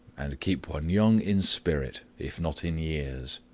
and keep one young in spirit, if not in years.